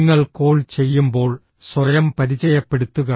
നിങ്ങൾ കോൾ ചെയ്യുമ്പോൾ സ്വയം പരിചയപ്പെടുത്തുക